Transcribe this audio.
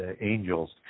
angels